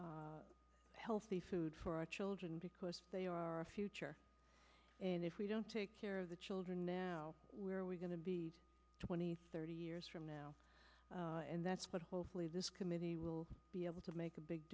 healthy food for our children because they are a future and if we don't take care of the children now where are we going to be twenty thirty years from now and that's what hopefully this committee will be able to make a big